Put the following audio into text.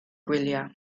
gwyliau